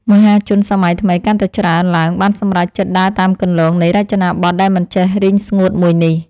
មហាជនសម័យថ្មីកាន់តែច្រើនឡើងបានសម្រេចចិត្តដើរតាមគន្លងនៃរចនាប័ទ្មដែលមិនចេះរីងស្ងួតមួយនេះ។